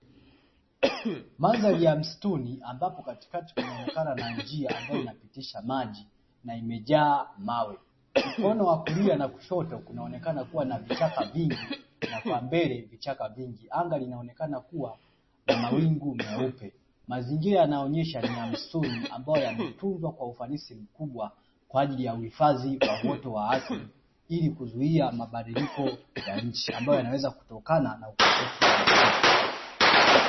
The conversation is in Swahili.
Mandhari ya mstuni ambapo katikati kunaonekana na njia ambayo inapitisha maji na imejaa mawe mkono wa kulia na kushoto kunaonekana kuwa na vichaka vingi na kwa mbele vichaka vingi, anga linaonekana kuwa na mawingu meupe mazingira yanaonyesha ni ya mstuni ambayo yametunzwa kwa ufanisi mkubwa kwaajili ya kuhifadhi wa uoto wa asili Ili kuzuia mabadilikoo ya nchi ambayo yanaweza kutokana na ukosefu wa misitu.